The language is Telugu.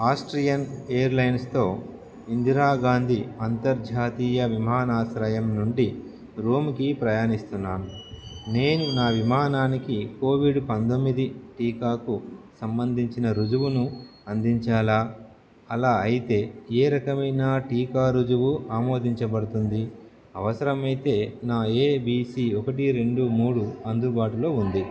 ఆస్ట్రియన్ ఎయిర్లైన్స్తో ఇందిరా గాంధీ అంతర్జాతీయ విమానాశ్రయం నుండి రోమ్కి ప్రయాణిస్తున్నాం నేను నా విమానానికి కోవిడ్ పంతొమ్మిది టీకాకు సంబంధించిన ఋజువును అందించాలా అలా అయితే ఏ రకమైన టీకా ఋజువు ఆమోదించబడుతుంది అవసరమైతే నా ఏ బి సి ఒకటి రెండు మూడు అందుబాటులో ఉంది